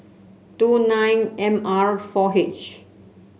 two nine M R four H